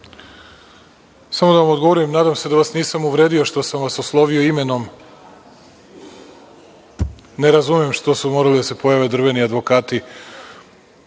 samo da vam odgovorim, nadam se da vas nisam uvredio što sam vas oslovio imenom. Ne razumem što su morali da se pojave drveni advokati,